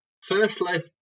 Firstly